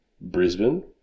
Brisbane